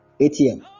ATM